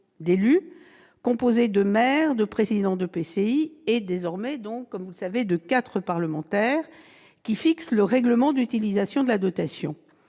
composée de maires, de présidents d'EPCI et, désormais, de quatre parlementaires de fixer le règlement d'utilisation de la dotation.